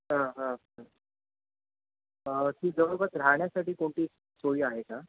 हां हा अशी जवळपास राहण्यासाठी कोणती सोयी आहे का